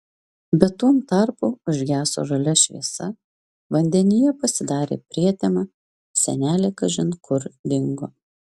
bet tuom tarpu užgeso žalia šviesa vandenyje pasidarė prietema senelė kažin kur dingo